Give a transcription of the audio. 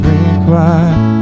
required